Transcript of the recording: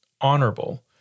honorable